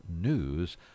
news